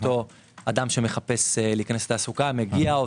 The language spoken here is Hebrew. אותו אדם שמחפש להיכנס לתעסוקה מגיע,